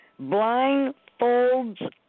blindfolds